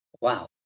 Wow